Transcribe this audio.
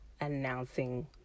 announcing